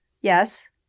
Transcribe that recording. yes